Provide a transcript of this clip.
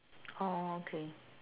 orh okay